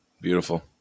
Beautiful